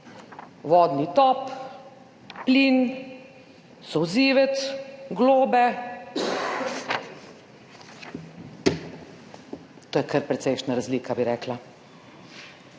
vodni top, plin, solzivec, globe. To je kar precejšnja razlika, bi rekla.